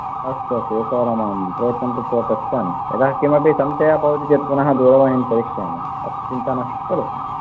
अस्तु अस्तु एकवारं अहं प्रयत्नं कृत्वा पश्यामि यदि किमपि संशयः भवति चेत् पुनः दूरवाणिं करिष्यामि चिन्ता नास्ति खलु